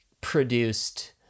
produced